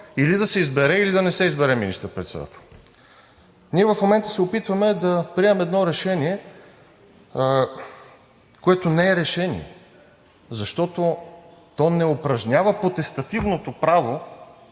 или да се избере, или да не се избере министър-председател. Ние в момента се опитваме да приемем едно решение, което не е решение, защото то не упражнява потестативното право